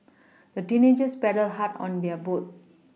the teenagers paddled hard on their boat